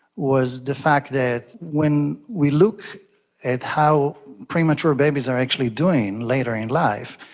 was the fact that when we look at how premature babies are actually doing later in life,